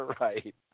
Right